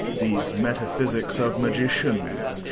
these metaphysics of magicians,